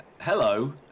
Hello